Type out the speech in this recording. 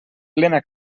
plena